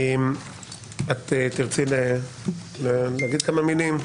תרצי לומר כמה מילים?